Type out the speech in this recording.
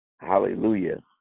Hallelujah